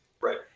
Right